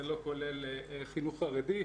זה לא כולל חינוך חרדי.